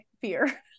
fear